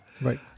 Right